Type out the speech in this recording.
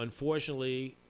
unfortunately